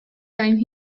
time